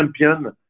champion